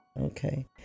Okay